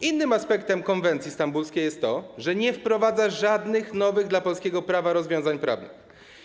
Innym aspektem konwencji stambulskiej jest to, że nie wprowadza żadnych nowych dla polskiego prawa rozwiązań prawnych.